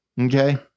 Okay